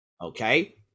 okay